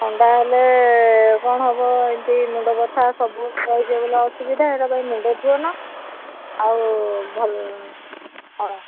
ଥଣ୍ଡା ହେଲେ କ'ଣ ହବ ଏମିତି ମୁଣ୍ଡ ବଥା ସବୁ ରହିଯିବ ବୋଲି ଅସୁବିଧା ସେଇଟା ପାଇଁ ମୁଣ୍ଡ ଧୁଅନା ଆଉ ହଁ